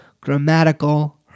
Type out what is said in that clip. grammatical